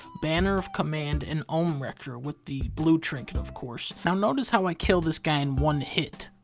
banner of command, and ohmwrecker, with the blue trinket, of course. now notice how i kill this guy in one hit.